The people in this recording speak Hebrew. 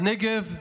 הנגב,